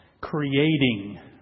creating